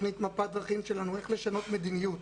תוכנית מפת הדרכים שלנו, איך לשנות מדיניות